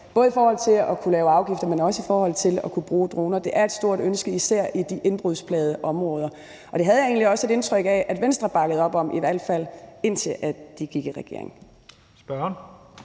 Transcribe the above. både i forhold til at kunne lave afgifter, men også i forhold til at kunne bruge droner. Det er et stort ønske, især i de indbrudsplagede områder. Og det havde jeg egentlig også et indtryk af at Venstre bakkede op om – i hvert fald indtil de gik i regering.